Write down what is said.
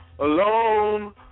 alone